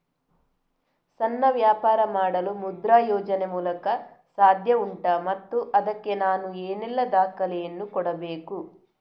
ಸಣ್ಣ ವ್ಯಾಪಾರ ಮಾಡಲು ಮುದ್ರಾ ಯೋಜನೆ ಮೂಲಕ ಸಾಧ್ಯ ಉಂಟಾ ಮತ್ತು ಅದಕ್ಕೆ ನಾನು ಏನೆಲ್ಲ ದಾಖಲೆ ಯನ್ನು ಕೊಡಬೇಕು?